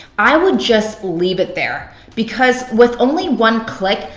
i would just leave it there. because with only one click,